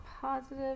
positive